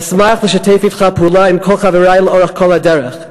אשמח לשתף אתך פעולה, עם כל חברי, לאורך כל הדרך.